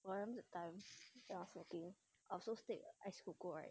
!whoa! I remember that time that I was working I was suppose to take ice coco right